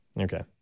okay